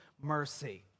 mercy